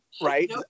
Right